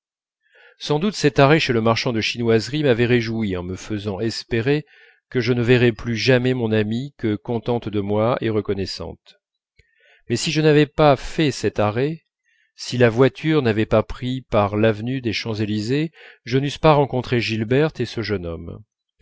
sans doute cet arrêt chez le marchand de chinoiseries m'avait réjoui en me faisant espérer que je ne verrais plus jamais mon amie que contente de moi et reconnaissante mais si je n'avais pas fait cet arrêt si la voiture n'avait pas pris par l'avenue des champs-élysées je n'eusse pas rencontré gilberte et ce jeune homme